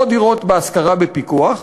או דירות בהשכרה בפיקוח,